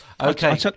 okay